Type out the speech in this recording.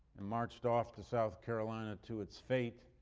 and marched off to south carolina to its fate